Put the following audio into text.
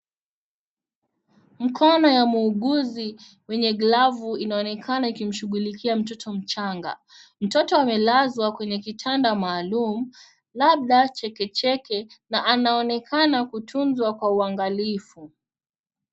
Mikono ya muuguzi mwenye glavu inaonekana ikimshughulikia mtoto mchanga. mtoto amelazwa kwenye kitanda maalum, labda chekecheke na anaonekana kutunzwa kwa uangalifu.